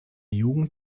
jugend